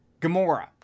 Gamora